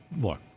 look